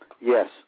Yes